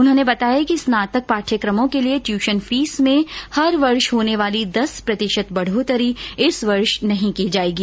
उन्होंने बताया कि स्नातक पाठ्यक्रमों के लिए ट्यूशन फीस में हर वर्ष होने वाली दस प्रतिशत बढ़ोत्तरी इस वर्ष नहीं की जाएगी